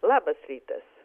labas rytas